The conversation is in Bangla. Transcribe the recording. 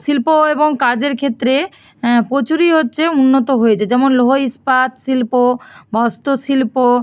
শিল্প এবং কাজের ক্ষেত্রে প্রচুরই হচ্ছে উন্নত হয়েছে যেমন লৌহ ইস্পাত শিল্প বস্ত্র শিল্প